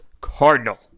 Cardinal